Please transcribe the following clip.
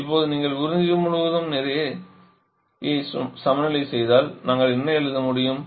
இப்போது நீங்கள் உறிஞ்சி முழுவதும் நிறையை சமநிலைச் செய்தால் நாங்கள் என்ன எழுத முடியும்